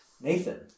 Nathan